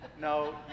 No